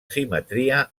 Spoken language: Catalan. simetria